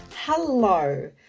Hello